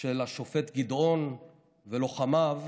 של השופט גדעון ולוחמיו